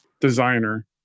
designer